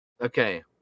Okay